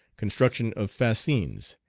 construction of fascines,